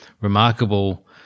remarkable